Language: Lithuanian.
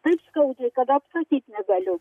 taip skaudžiai kad apsakyt negaliu